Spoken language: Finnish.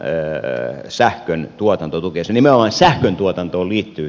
nimenomaan sähkön tuotantoon liittyy tämä tuki